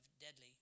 deadly